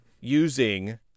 using